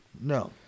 No